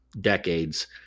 decades